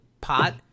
pot